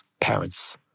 parents